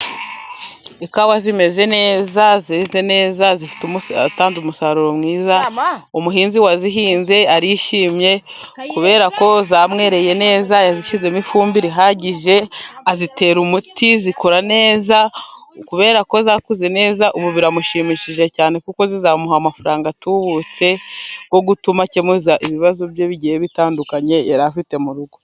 Ikawa zimeze neza zeze neza zatanze umusaruro mwiza, umuhinzi wazihinze arishimye kubera ko zamwereye neza, yazishyizemo ifumbire ihagije azitera umuti zikura neza, kubera ko zakuze neza ubu biramushimishije cyane kuko zizamuha amafaranga atubutse, yo gutuma akemuza ibibazo bye bitandukanye yari afite mu rugo.